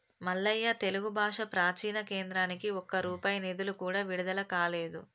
మల్లయ్య తెలుగు భాష ప్రాచీన కేంద్రానికి ఒక్క రూపాయి నిధులు కూడా విడుదల కాలేదు